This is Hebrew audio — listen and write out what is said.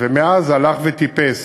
ומאז זה הלך וטיפס,